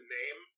name